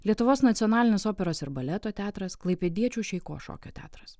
lietuvos nacionalinis operos ir baleto teatras klaipėdiečių šeiko šokio teatras